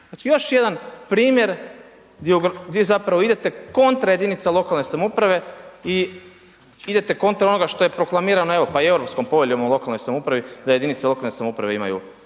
Znači još jedan primjer di zapravo idete kontra jedinica lokalne samouprave i idete kontra onoga što je proklamirano evo pa i europskom polju o lokalnoj samoupravi da jedinice lokalne samouprave imaju